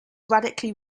radically